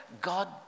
God